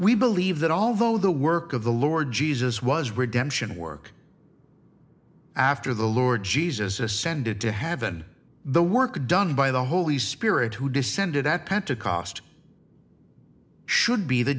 we believe that although the work of the lord jesus was redemption work after the lord jesus ascended to heaven the work done by the holy spirit who descended at pentecost should be the